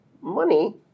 Money